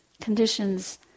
conditions